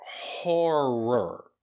horror